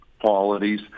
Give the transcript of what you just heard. qualities